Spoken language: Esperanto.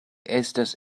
estas